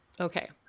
Okay